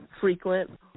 frequent